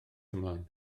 ymlaen